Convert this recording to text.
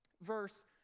verse